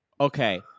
Okay